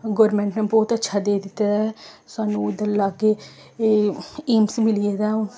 government ने ब्हौत अच्छा देई दित्ते दा ऐ सानू इद्धर लाग्गै एम्स एम्स मिली गेदा ऐ हून